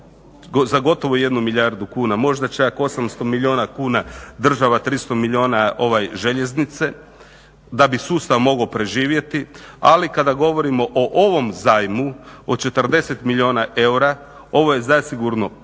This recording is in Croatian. za gotovo 1 milijardu kuna, možda čak 800 milijuna kuna država, 300 milijuna željeznice da bi sustav mogao preživjeti, ali kada govorimo o ovom zajmu od 40 milijuna eura ovo je zasigurno povoljan